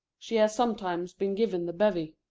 she has sometimes been given the bevy.